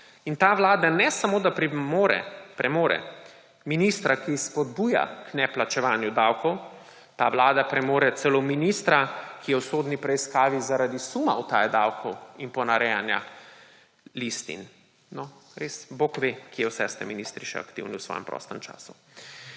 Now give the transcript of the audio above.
In ta vlada ne samo, da premore ministra, ki spodbuja k neplačevanju davkov, ta vlada premore celo ministra, ki je v sodni preiskavi, zaradi suma utaje davkov in ponarejanja listin. No, res, bog ve, kje vse ste ministri še aktivni v svojem prostem času.